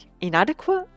inadequate